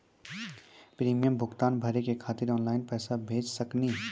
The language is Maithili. प्रीमियम भुगतान भरे के खातिर ऑनलाइन पैसा भेज सकनी?